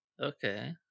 Okay